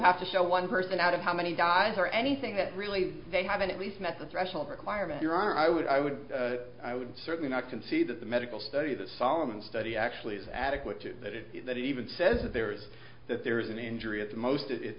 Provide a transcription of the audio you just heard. have to show one person out of how many guys or anything that really they haven't at least methods rational requirement here i would i would i would certainly not concede that the medical study the solomon study actually is adequate that it even says that there is that there is an injury at the most of it